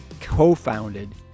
co-founded